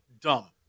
dumb